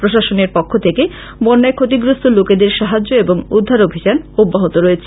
প্রশাসনের পক্ষ থেকে বন্যায় ক্ষতিগ্রস্থ লোকেদের সাহায্য এবং উদ্ধার অভিযান অব্যাহত রয়েছে